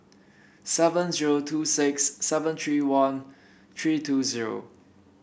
seven zero two six seven three one three two zero